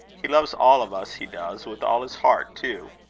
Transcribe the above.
he loves all of us, he does with all his heart, too.